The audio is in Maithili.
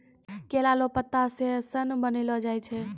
केला लो पत्ता से सन बनैलो जाय छै